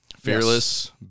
fearless